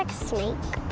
like snake.